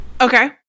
Okay